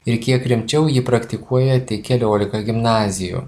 ir kiek rimčiau jį praktikuoja tik keliolika gimnazijų